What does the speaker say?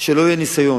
כדי שלא יהיה ניסיון